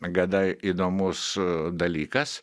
gana įdomus dalykas